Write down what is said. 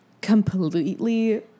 completely